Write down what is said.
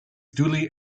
duly